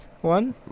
one